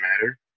Matter